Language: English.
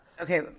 Okay